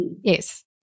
yes